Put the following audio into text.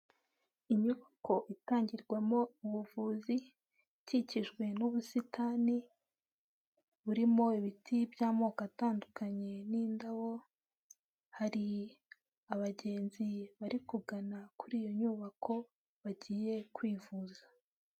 Inyubako itangirwamo ubuvuzi, ikikijwe n'ubusitani burimo ibiti by'amoko atandukanye n'indabo, hari abagenzi bari kugana kuri iyo nyubako, bagiye kwivuza.